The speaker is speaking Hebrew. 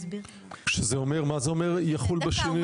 מה זה אומר יחול בה שינויים?